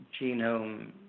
genome